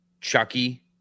Chucky